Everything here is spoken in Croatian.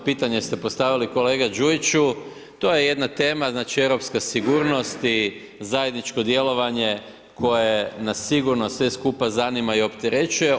Izvrsno pitanje ste postavili kolega Đujiću, to je jedna tema, znači europska sigurnost i zajedničko djelovanje koje nas sigurno sve skupa zanima i opterećuje.